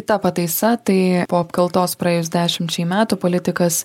ta pataisa tai po apkaltos praėjus dešimčiai metų politikas